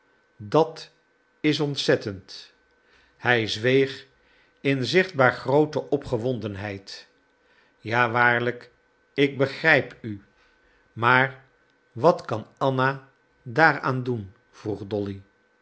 dat is ontzettend hij zweeg in zichtbaar groote opgewondenheid ja waarlijk ik begrijp u maar wat kan anna daaraan doen vroeg dolly